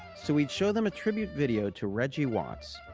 so we'd show them a tribute video to reggie watts,